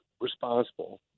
responsible